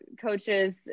coaches